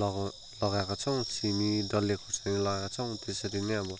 लगा लगाएका छौँ सिमी डल्ले खोर्सानी लगाएका छौँ त्यसरी नै अब